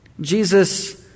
Jesus